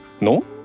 No